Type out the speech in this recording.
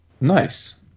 Nice